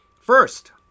First